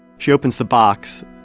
she opens the box,